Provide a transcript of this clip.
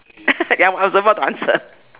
ya I was about to answer